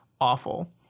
awful